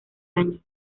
año